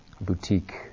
boutique